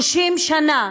30 שנה,